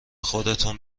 خودتون